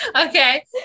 Okay